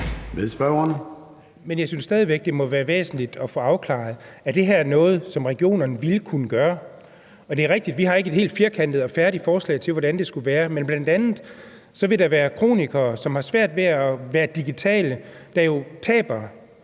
jeg synes stadig væk, det må være væsentligt at få afklaret, om det her er noget, som regionerne ville kunne gøre. Det er rigtigt, at vi ikke har et helt firkantet og færdigt forslag til, hvordan det skulle være. Men der vil bl.a. være kronikere, som har svært ved at være digitale, og som jo taber